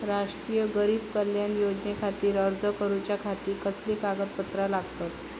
राष्ट्रीय गरीब कल्याण योजनेखातीर अर्ज करूच्या खाती कसली कागदपत्रा लागतत?